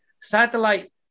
satellite